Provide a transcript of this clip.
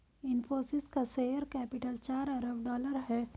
इनफ़ोसिस का share capital चार अरब डॉलर है